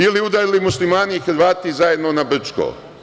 Ili, udarili Muslimani i Hrvati zajedno na Brčko.